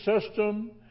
system